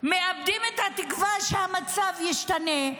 מאבדים את התקווה שהמצב ישתנה,